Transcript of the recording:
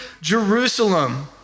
Jerusalem